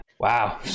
Wow